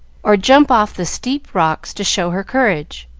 or jump off the steep rocks to show her courage.